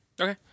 Okay